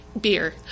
beer